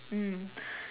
mm